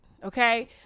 Okay